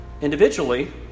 individually